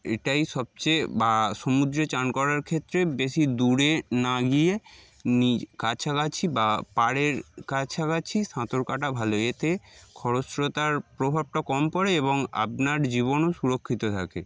এটাই সবচেয়ে বা সমুদ্রে চান করার ক্ষেত্রে বেশি দূরে না গিয়ে নিজ কাছাকাছি বা পাড়ের কাছাকাছি সাঁতর কাটা ভালো এতে খরস্রোতার প্রভাবটা কম পড়ে এবং আপনার জীবনও সুরক্ষিত থাকে